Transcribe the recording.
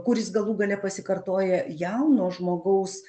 kuris galų gale pasikartoja jauno žmogaus